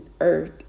earth